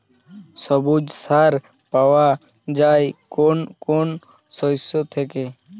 সবুজ সার পাওয়া যায় কোন কোন শস্য থেকে?